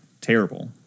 terrible